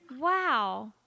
Wow